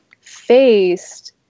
faced